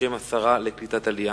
בשם השרה לקליטת עלייה.